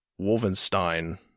Wolfenstein